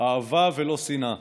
אהבה ולא שנאה.